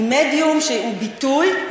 היא מדיום שהוא ביטוי,